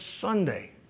Sunday